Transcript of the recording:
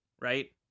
right